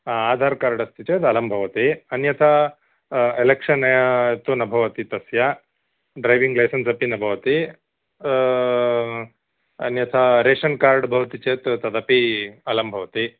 आ आधारः कार्ड् अस्ति चेत् अलं भवति अन्यथा एलेक्षन् तु न भवति तस्य ड्रैविङ्ग् लैसेन्स् अपि न भवति अन्यथा रेशन् कार्ड् भवति चेत् तदपि अलं भवति